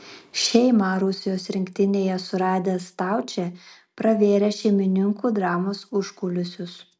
šeimą rusijos rinktinėje suradęs staučė pravėrė šeimininkų dramos užkulisius